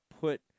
put